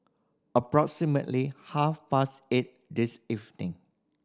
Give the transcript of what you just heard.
approximately half past eight this evening